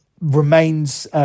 remains